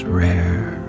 rare